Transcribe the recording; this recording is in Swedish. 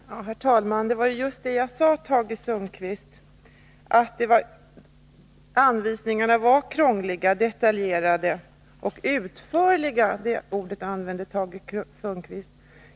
Herr talman! Vad jag sade var just, Tage Sundkvist, att anvisningarna var krångliga, detaljerade och utförliga — det ordet använde Tage Sundkvist.